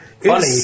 Funny